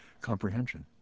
comprehension